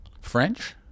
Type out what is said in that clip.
French